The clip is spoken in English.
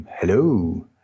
hello